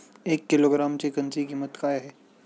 एक किलोग्रॅम चिकनची किंमत काय आहे?